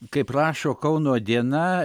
kaip rašo kauno diena